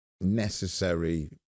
necessary